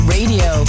Radio